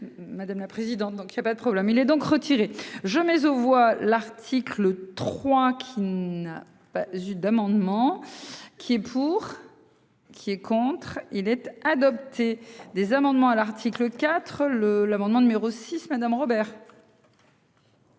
Madame la présidente. Donc il y a pas de problème, il est donc retiré jamais aux voix l'article 3 qui n'pas zut d'amendements qui est pour. Qui est contre il était adopté des amendements à l'article 4 le l'amendement numéro 6, madame Robert.